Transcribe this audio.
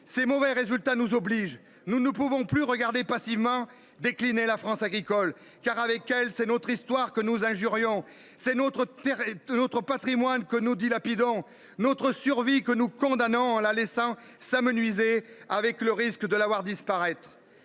Ces mauvais résultats nous obligent. Nous ne pouvons plus regarder passivement décliner la France agricole, car c’est notre histoire que nous injurions ; c’est notre patrimoine que nous dilapidons ; c’est notre survie que nous condamnons en laissant notre agriculture s’amenuiser, avec le risque de la voir disparaître.